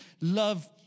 love